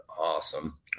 awesome